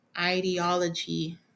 ideology